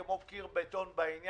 קרנות הפנסיה הגדולות בעולם